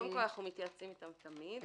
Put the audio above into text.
אנחנו מתייעצים אתם תמיד.